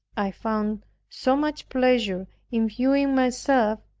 i found so much pleasure in viewing myself,